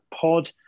pod